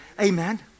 Amen